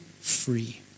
free